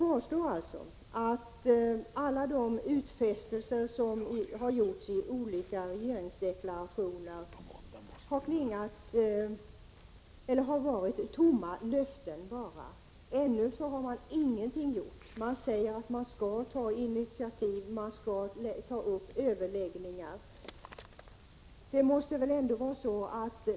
Alla de utfästelser som gjorts i olika regeringsdeklarationer har alltså bara varit tomma löften — man säger att man skall ta initiativ, att man skall ta upp överläggningar, men ännu har man ingenting gjort.